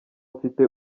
mfite